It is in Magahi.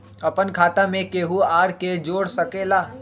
अपन खाता मे केहु आर के जोड़ सके ला?